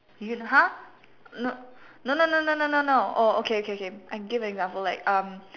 Yoona !huh! no no no no no no no oh okay okay okay I'll give an example like um